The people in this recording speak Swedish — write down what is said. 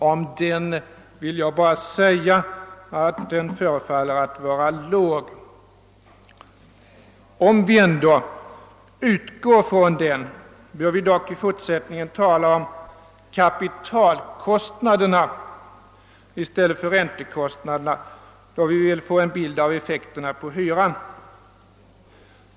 Om den vill jag bara säga att den förefaller låg. Om vi ändå utgår från den bör vi dock i fortsättningen tala om kapitalkostnad i stället för räntekostnad, då vi vill få en bild av effekterna på hyran.